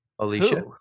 Alicia